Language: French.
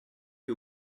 que